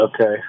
Okay